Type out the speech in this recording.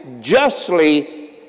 justly